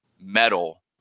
metal